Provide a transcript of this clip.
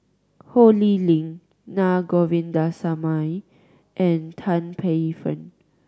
Ho Lee Ling Na Govindasamy and Tan Paey Fern